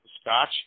scotch